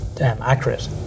accurate